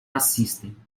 assistem